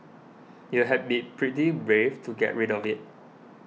you had been pretty brave to get rid of it